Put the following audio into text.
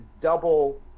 double